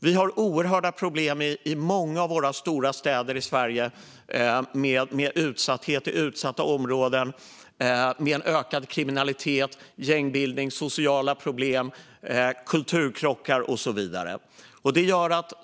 Vi har oerhörda problem i många av våra stora städer i Sverige med utsatthet i utsatta områden, ökad kriminalitet, gängbildning, sociala problem, kulturkrockar och så vidare.